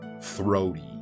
throaty